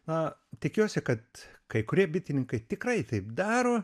na tikiuosi kad kai kurie bitininkai tikrai taip daro